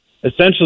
essentially